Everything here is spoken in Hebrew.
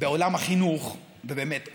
ובאמת בעולם,